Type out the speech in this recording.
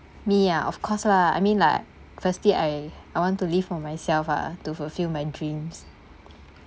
me ah of course lah I mean like firstly I I want to live on myself ah to fulfil my dreams